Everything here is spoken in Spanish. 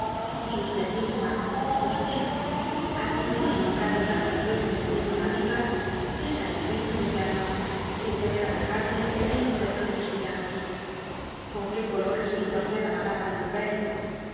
y f misma á quien yo hé nombrado tantas reces mi buena amiga cesa en fin de serlo sin temer atacarme en el objeto de mis cuidados con que colores pinta w á madama de